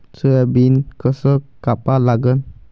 Soybean कस कापा लागन?